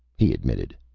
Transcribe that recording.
he admitted,